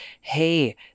hey